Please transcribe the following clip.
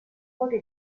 poche